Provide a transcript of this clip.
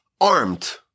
armed